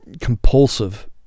compulsive